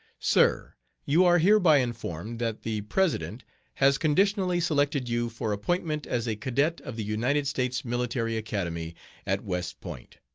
sir you are hereby informed that the president has conditionally selected you for appointment as a cadet of the united states military academy at west point.